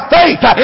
faith